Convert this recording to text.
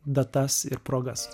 datas ir progas